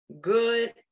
good